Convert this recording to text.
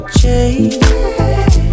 change